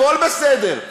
הכול בסדר.